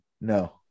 No